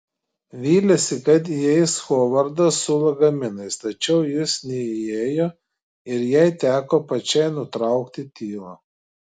vylėsi kad įeis hovardas su lagaminais tačiau jis neįėjo ir jai teko pačiai nutraukti tylą